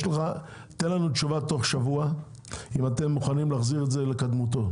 תן לנו תשובה תוך שבוע אם אתם מוכנים להחזיר את זה לקדמותו.